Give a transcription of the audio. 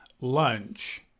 lunch—